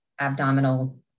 abdominal